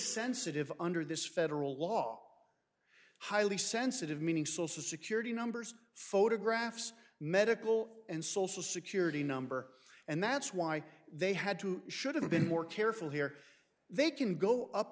sensitive under this federal law highly sensitive meaning social security numbers photographs medical and social security number and that's why they had to should have been more careful here they can go up